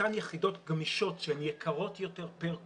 אותן יחידות גמישות שהן יקרות יותר פר קוטש,